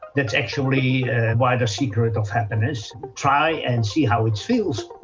it's actually why the secret of happiness, try and see how it feels.